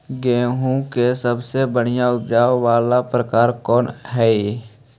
गेंहूम के सबसे बढ़िया उपज वाला प्रकार कौन हई?